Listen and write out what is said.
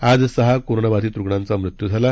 आज सहा कोरोना बाधित रुग्णांचा मृत्यू झाला